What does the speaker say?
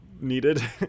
needed